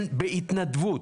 כן, בהתנדבות.